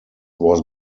was